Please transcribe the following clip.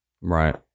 right